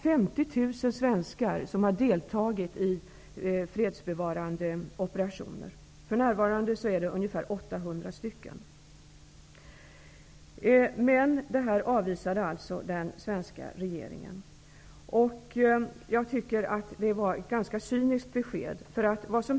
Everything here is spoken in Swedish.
50 000 svenskar har deltagit i fredsbevarande operationer -- för närvarande är det ca 800 svenskar. Den svenska regeringen avvisade emellertid generalsekreterarens förfrågan. Jag tycker att det var ett cyniskt besked.